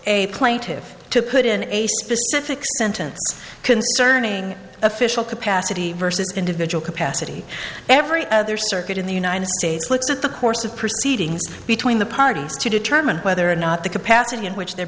plaintive to put in a specific sentence concerning official capacity versus individual capacity every other circuit in the united states looks at the course of proceedings between the parties to determine whether or not the capacity in which they're